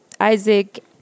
Isaac